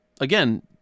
again